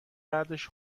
بعدش